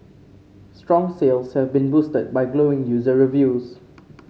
strong sales have been boosted by glowing user reviews